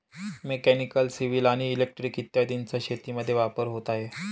mechanical, civil आणि electrical इत्यादींचा शेतीमध्ये वापर होत आहे